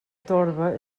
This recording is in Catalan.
torba